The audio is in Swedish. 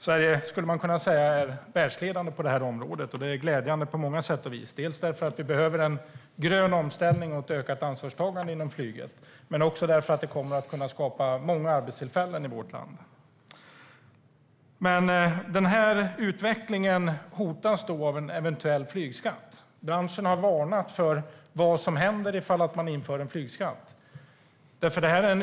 Man skulle kunna säga att Sverige är världsledande på det här området, och det är glädjande på många sätt och vis, dels därför att vi behöver en grön omställning och ett ökat ansvarstagande inom flyget, dels därför att det kommer att kunna skapa många arbetstillfällen i vårt land. Den här utvecklingen hotas av en eventuell flygskatt. Branschen har varnat för vad som händer ifall man inför en flygskatt.